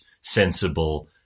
sensible